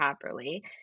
properly